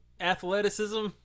athleticism